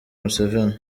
museveni